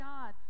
God